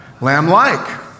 Lamb-like